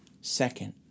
Second